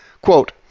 Quote